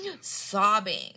sobbing